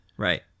Right